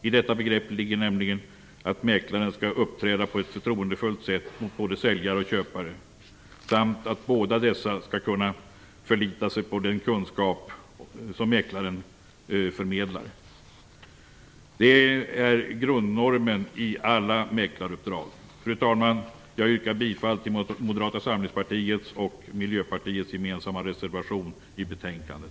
I detta begrepp ligger nämligen att mäklaren skall uppträda på ett förtroendefullt sätt mot både säljare och köpare samt att båda dessa skall kunna förlita sig på den kunskap som mäklaren förmedlar. Detta är grundnormen i alla mäklaruppdrag. Fru talman! Jag yrkar bifall till Moderata samlingspartiets och Miljöpartiets gemensamma reservation i betänkandet.